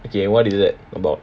okay what is it about